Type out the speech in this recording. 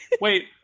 Wait